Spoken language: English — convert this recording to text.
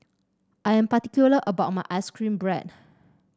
I am particular about my ice cream bread